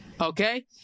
okay